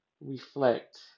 Reflect